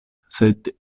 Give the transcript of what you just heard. sed